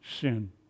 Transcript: sin